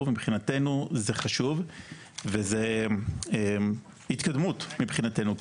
ומבחינתנו זה חשוב וזה התקדמות מבחינתנו,